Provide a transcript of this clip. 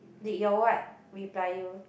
did your what reply you